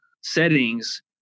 settings